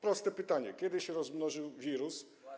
Proste pytanie: Kiedy się rozmnożył wirus?